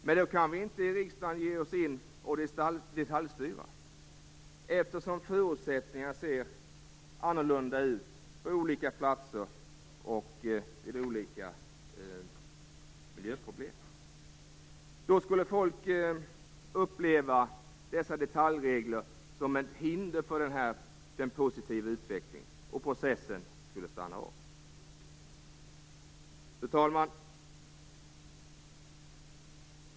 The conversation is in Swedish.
Men då kan vi inte i riksdagen ge oss in och detaljstyra, eftersom förutsättningarna ser annorlunda ut på olika platser och vid olika miljöproblem. Då skulle folk uppleva dessa detaljregler som ett hinder för den positiva utvecklingen, och processen skulle stanna av. Fru talman!